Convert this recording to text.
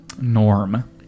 Norm